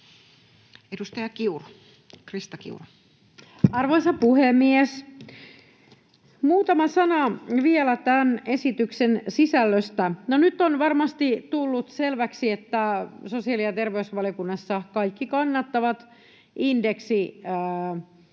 Content: Arvoisa puhemies! Muutama sana vielä tämän esityksen sisällöstä. Nyt on varmasti tullut selväksi, että sosiaali- ja terveysvaliokunnassa kaikki kannattavat indeksileikkauksen